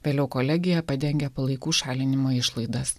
vėliau kolegija padengia palaikų šalinimo išlaidas